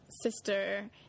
sister